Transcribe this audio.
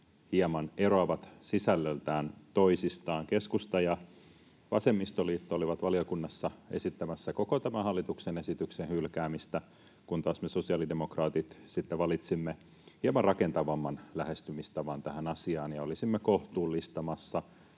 hieman eroavat sisällöltään toisistaan. Keskusta ja vasemmistoliitto olivat valiokunnassa esittämässä koko tämän hallituksen esityksen hylkäämistä, kun taas me sosiaalidemokraatit sitten valitsimme hieman rakentavamman lähestymistavan tähän asiaan ja olisimme kohtuullistamassa